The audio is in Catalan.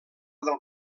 del